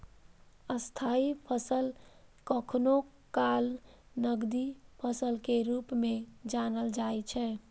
स्थायी फसल कखनो काल नकदी फसल के रूप मे जानल जाइ छै